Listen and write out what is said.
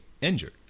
injured